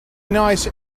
nice